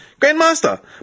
Grandmaster